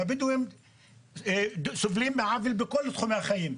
הבדואים סובלים מעוול בכל תחומי החיים,